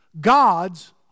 God's